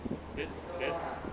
then then